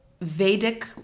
Vedic